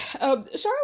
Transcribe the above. Charlotte